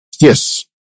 Yes